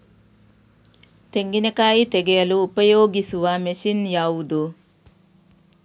ತೆಂಗಿನಕಾಯಿ ತೆಗೆಯಲು ಉಪಯೋಗಿಸುವ ಮಷೀನ್ ಯಾವುದು?